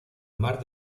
mar